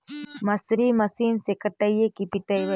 मसुरी मशिन से कटइयै कि पिटबै?